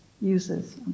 uses